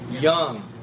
young